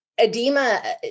Edema